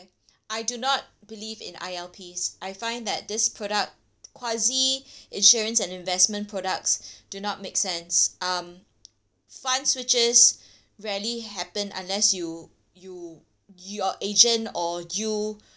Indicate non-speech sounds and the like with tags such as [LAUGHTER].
[NOISE] I do not believe in I_L_Ps I find that this product quasi insurance and investment products do not make sense um [NOISE] fund switches rarely happen unless you you your agent or you